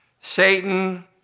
Satan